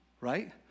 right